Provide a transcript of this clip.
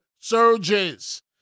surges